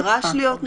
נדרש להיות נוכח.